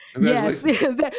yes